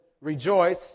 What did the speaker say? rejoice